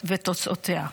ותוצאותיה,